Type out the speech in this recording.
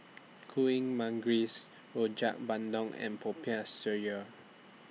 Kuih Manggis Rojak Bandung and Popiah Sayur